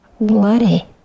Bloody